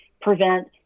prevent